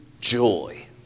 joy